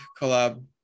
collab